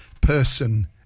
person